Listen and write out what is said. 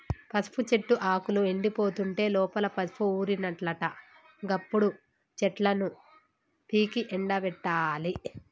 పసుపు చెట్టు ఆకులు ఎండిపోతుంటే లోపల పసుపు ఊరినట్లట గప్పుడు చెట్లను పీకి ఎండపెట్టాలి